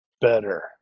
better